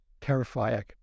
terrifying